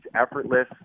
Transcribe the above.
effortless